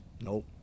nope